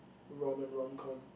rom and romcom